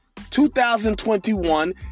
2021